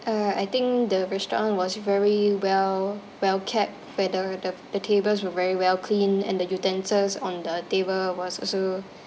uh I think the restaurant was very well well kept where the the tables were very well clean and the utensils on the table was also